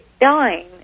dying